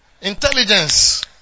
Intelligence